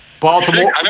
Baltimore